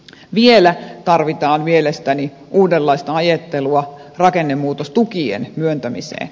vielä tarvitaan mielestäni uudenlaista ajattelua rakennemuutostukien myöntämiseen